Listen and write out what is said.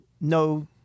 no